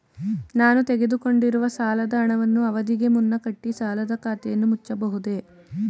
ನಾನು ತೆಗೆದುಕೊಂಡಿರುವ ಸಾಲದ ಹಣವನ್ನು ಅವಧಿಗೆ ಮುನ್ನ ಕಟ್ಟಿ ಸಾಲದ ಖಾತೆಯನ್ನು ಮುಚ್ಚಬಹುದೇ?